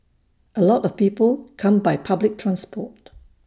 A lot of people come by public transport